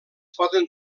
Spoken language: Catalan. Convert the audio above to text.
poden